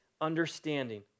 understanding